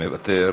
מוותר,